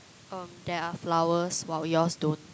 um there are flowers while yours don't